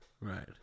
Right